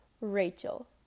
Rachel